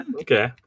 Okay